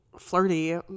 flirty